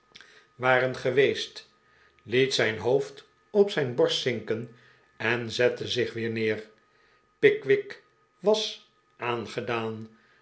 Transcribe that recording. waren geweest iiet zijn hoofd op zijn borst zinken en zette zich weer neer pickwick was aangedaan